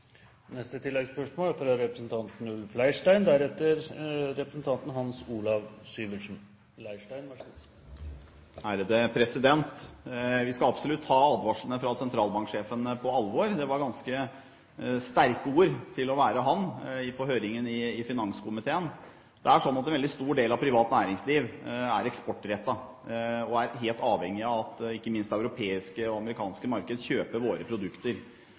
Leirstein – til oppfølgingsspørsmål. Vi skal absolutt ta advarslene fra sentralbanksjefen på alvor. Det var ganske sterke ord til å være han på høringen i finanskomiteen. En veldig stor del av privat næringsliv er eksportrettet og helt avhengig av at ikke minst europeiske og amerikanske markeder kjøper våre produkter.